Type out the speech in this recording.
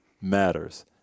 matters